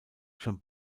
schon